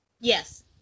Yes